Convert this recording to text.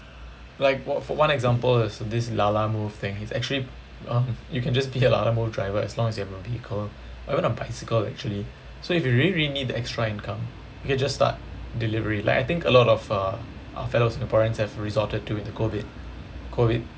like what for one example is this Lalamove thing it's actually um you can just be a Lalamove driver as long as you have a vehicle or even a bicycle actually so if you really really need the extra income you can just start delivery like I think a lot of uh our fellow singaporeans have resorted to in the COVID COVID